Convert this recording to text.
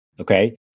Okay